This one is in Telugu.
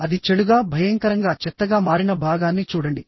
అది చెడుగా భయంకరంగా చెత్తగా మారిన భాగాన్ని చూడండి